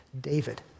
David